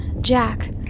Jack